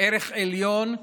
ערך עליון.